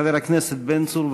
חבר הכנסת בן צור,